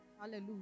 Hallelujah